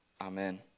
Amen